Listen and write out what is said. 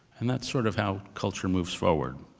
and that's sort of how culture moves forward.